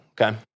okay